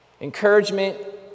Encouragement